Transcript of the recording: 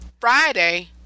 friday